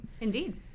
Indeed